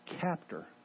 captor